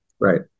Right